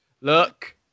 look